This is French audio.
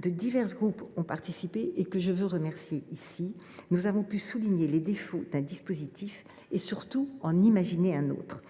de divers groupes ont participé – qu’ils en soient remerciés –, souligner les défauts d’un dispositif et en imaginer un autre.